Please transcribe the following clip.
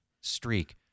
streak